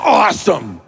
awesome